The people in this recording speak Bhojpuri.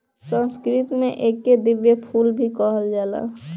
संस्कृत में एके दिव्य फूल भी कहल जाला